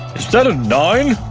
is that a nine?